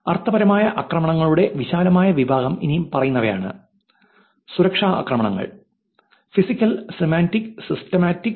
അർത്ഥപരമായ ആക്രമണങ്ങളുടെ വിശാലമായ വിഭാഗം ഇനി പറയുന്നവയാണ് സുരക്ഷാ ആക്രമണങ്ങൾ ഫിസിക്കൽ സെമാന്റിക് സിൻറ്റാക്റ്റിക്